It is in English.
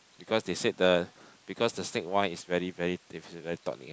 because they said the because the snake wine is very very very